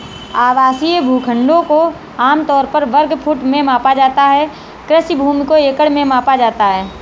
आवासीय भूखंडों को आम तौर पर वर्ग फुट में मापा जाता है, कृषि भूमि को एकड़ में मापा जाता है